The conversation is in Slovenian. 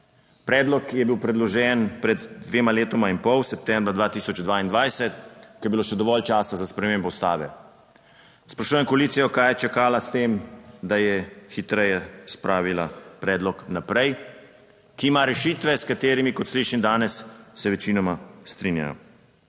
Predlog je bil predložen pred dvema letoma in pol, septembra 2022, ko je bilo še dovolj časa za spremembo Ustave. Sprašujem koalicijo, kaj je čakala? S tem, da je hitreje spravila predlog naprej, ki ima rešitve s katerimi, kot slišim danes, se večinoma strinjajo,